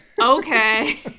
okay